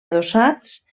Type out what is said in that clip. adossats